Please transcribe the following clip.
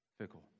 fickle